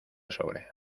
sobre